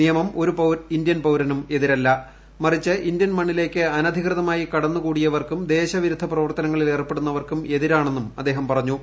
നിയ്യമം ഒരു ഇന്ത്യൻ പൌരനും എതിരല്ല മറിച്ച് ഇന്ത്യൻ മണ്ണിലേയ്ക്ക് അനധികൃത്മായി കടന്നു കൂടിയവർക്കും ദേശവിരുദ്ധ പ്രവർത്തനങ്ങളിൽ ഏർപ്പെടുന്നവർക്കും എതിരാണെന്നും അദ്ദേഹം പറഞ്ഞു